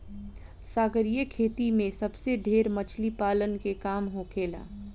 सागरीय खेती में सबसे ढेर मछली पालन के काम होखेला